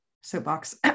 Soapbox